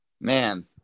man